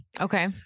Okay